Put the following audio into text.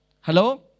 Hello